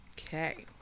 Okay